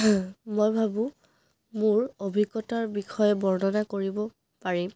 মই ভাবোঁ মোৰ অভিজ্ঞতাৰ বিষয়ে বৰ্ণনা কৰিব পাৰিম